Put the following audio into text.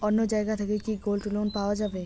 অন্য জায়গা থাকি কি গোল্ড লোন পাওয়া যাবে?